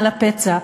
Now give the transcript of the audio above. על הפצע,